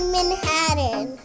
Manhattan